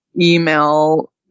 Email